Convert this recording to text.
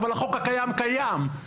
אבל החוק הקיים קיים.